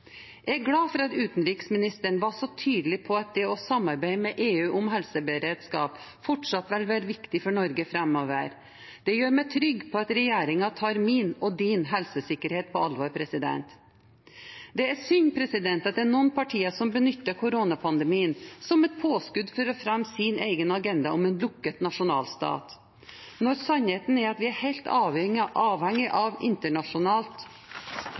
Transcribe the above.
Jeg er glad for at utenriksministeren var så tydelig på at det å samarbeide med EU om helseberedskap fortsatt vil være viktig for Norge framover. Det gjør meg trygg på at regjeringen tar min og din helsesikkerhet på alvor. Det er synd at det er noen partier som benytter koronapandemien som et påskudd for å fremme sin egen agenda om en lukket nasjonalstat, når sannheten er at vi er helt avhengige av